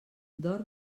dorm